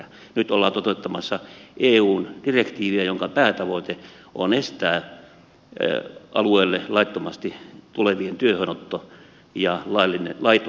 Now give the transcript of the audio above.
nyt ollaan toteuttamassa eun direktiiviä jonka päätavoite on estää alueelle laittomasti tulevien työhönotto ja laiton maahanmuutto